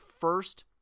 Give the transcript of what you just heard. first